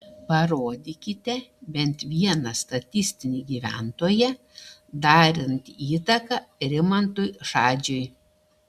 parodykite bent vieną statistinį gyventoją darantį įtaką rimantui šadžiui